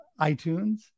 iTunes